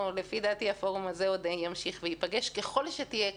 הפורום הזה עוד ימשיך וייפגש ככל שתהיה כנסת.